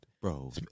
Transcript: Bro